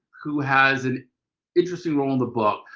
who has an interesting role in the book.